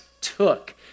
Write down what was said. took